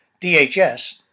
DHS